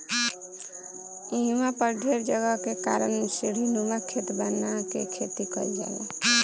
इहवा पर ढेर जगह के कारण सीढ़ीनुमा खेत बना के खेती कईल जाला